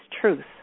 truth